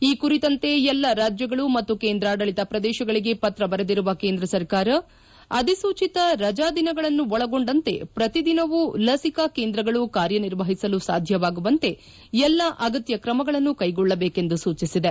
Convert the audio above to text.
ಈ ಕುರಿತಂತೆ ಎಲ್ಲಾ ರಾಜ್ಯಗಳು ಮತ್ತು ಕೇಂದ್ರಾಡಳಿತ ಪ್ರದೇಶಗಳಿಗೆ ಪತ್ರ ಬರೆದಿರುವ ಕೇಂದ್ರ ಸರ್ಕಾರ ಅಧಿಸೂಚಿತ ರಜಾ ದಿನಗಳನ್ನು ಒಳಗೊಂಡಂತೆ ಪ್ರತಿ ದಿನವೂ ಲಸಿಕಾ ಕೇಂದ್ರಗಳು ಕಾರ್ಯನಿರ್ವಹಿಸಲು ಸಾಧ್ಯವಾಗುವಂತೆ ಎಲ್ಲಾ ಅಗತ್ಯ ತ್ರಮಗಳನ್ನು ಕೈಗೊಳ್ಳಬೇಕೆಂದು ಸೂಚಿಸಿದೆ